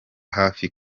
hafi